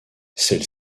celle